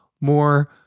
more